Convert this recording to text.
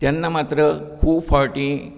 तेन्ना मात्र खूब फावटीं